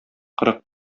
кырык